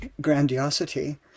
grandiosity